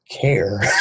care